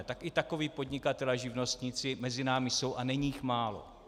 Tak i takoví podnikatelé a živnostníci mezi námi jsou a není jich málo.